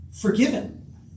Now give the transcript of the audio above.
forgiven